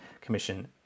commission